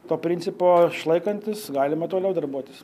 to principo šlaikantis galima toliau darbuotis